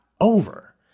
over